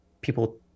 people